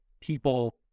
people